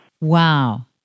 Wow